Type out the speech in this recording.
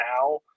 now